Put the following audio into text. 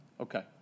Okay